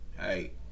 hey